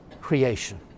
creation